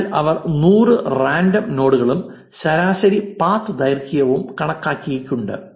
അതിനാൽ അവർ 100 റാൻഡം നോഡുകളും ശരാശരി പാത്ത് ദൈർഘ്യവും കണക്കാക്കിയിട്ടുണ്ട്